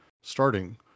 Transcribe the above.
starting